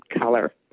color